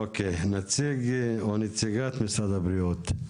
אוקיי, נציג או נציגת משרד הבריאות,